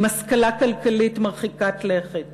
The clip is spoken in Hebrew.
עם השכלה כלכלית מרחיקת לכת,